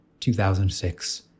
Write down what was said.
2006